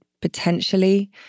potentially